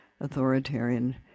authoritarian